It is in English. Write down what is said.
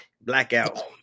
Blackout